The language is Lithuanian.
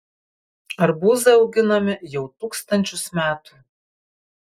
arbūzai auginami jau tūkstančius metų